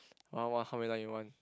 one what how many line you want